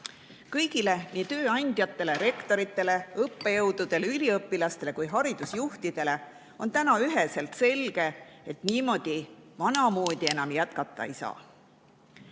Kõigile, nii tööandjatele, rektoritele, õppejõududele, üliõpilastele kui ka haridusjuhtidele on üheselt selge, et vanamoodi enam jätkata ei saa.